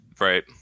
Right